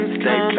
stay